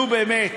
נו באמת.